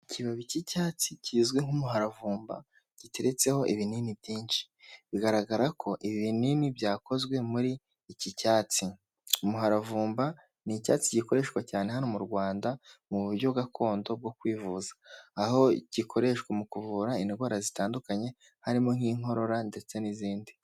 Ikibabi cy'icyatsi kizwi nk'umuharavumba giteretseho ibinini byinshi, bigaragara ko ibi binini byakozwe muri iki cyatsi. Umuharavumba ni icyatsi gikoreshwa cyane hano mu Rwanda, mu buryo gakondo bwo kwivuza. Aho gikoreshwa mu kuvura indwara zitandukanye, harimo nk'inkorora ndetse n'izindi.